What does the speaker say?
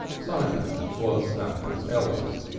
simon was malka's eldest,